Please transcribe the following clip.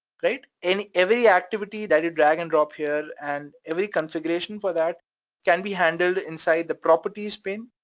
great. in every activity that you drag and drop here and every configuration for that can be handled inside the properties pane.